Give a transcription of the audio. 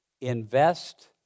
Invest